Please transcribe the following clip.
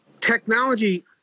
technology